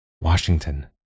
Washington